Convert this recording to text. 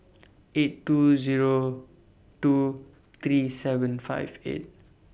eight two Zero two three seven five eight